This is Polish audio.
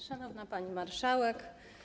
Szanowna Pani Marszałek!